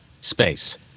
space